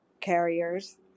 carriers